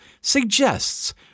suggests